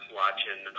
watching